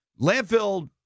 Landfill